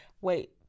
wait